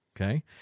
Okay